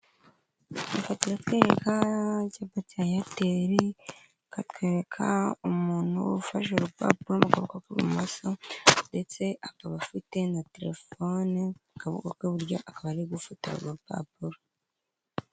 Iduka rucuruza imyenda itandukanye, akaba ari imyenda ikorwa mu bitenge, akaba ari imyenda ikorerwa mu gihugu cyacu cy'u Rwanda. Akaba ari imyambaro y'abagore, abagabo abana, abasore , abadamu ndetse n'abagore.